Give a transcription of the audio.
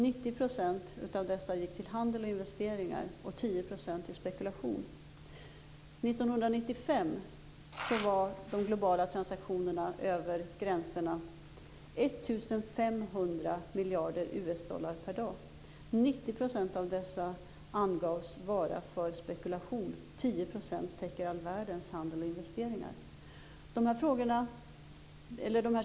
90 % av dessa gick till handel och investeringar och 10 % till spekulation. År 1995 var de globala transaktionerna över gränserna 1 500 miljarder USD per dag. 90 % av dessa angavs vara för spekulation. 10 % täcker all världens handel och investeringar.